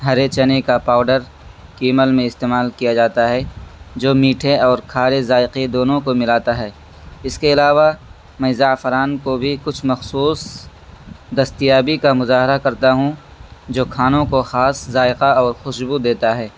ہرے چنے کا پاؤڈر کیمل میں استعمال کیا جاتا ہے جو میٹھے اور کھارے ذائقے دونوں کو ملاتا ہے اس کے علاوہ میں زعفران کو بھی کچھ مخصوص دستیابی کا مظاہرہ کرتا ہوں جو کھانوں کو خاص ذائقہ اور خوشبو دیتا ہے